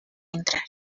entrar